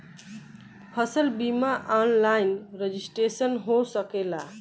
फसल बिमा online registration हो सकेला?